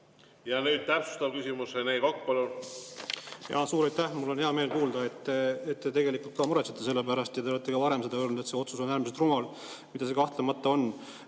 Nüüd täpsustav küsimus. Rene Kokk, palun! Suur aitäh! Mul on hea meel kuulda, et te tegelikult ka muretsete selle pärast. Te olete ka varem seda öelnud, et see otsus on äärmiselt rumal, mida see kahtlemata ka